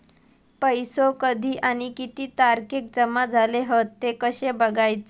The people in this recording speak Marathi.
पैसो कधी आणि किती तारखेक जमा झाले हत ते कशे बगायचा?